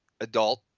adult